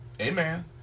Amen